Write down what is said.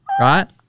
right